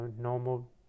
normal